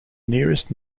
nearest